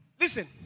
listen